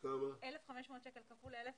לא מדובר פה על מאות